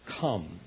Come